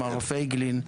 מר פייגלין,